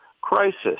crisis